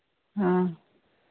हाँ